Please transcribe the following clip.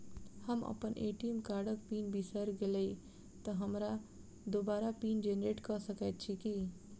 हम अप्पन ए.टी.एम कार्डक पिन बिसैर गेलियै तऽ हमरा दोबारा पिन जेनरेट कऽ सकैत छी की?